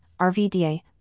RVDA